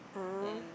ah